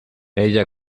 ella